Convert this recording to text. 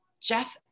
Jeff